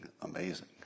amazing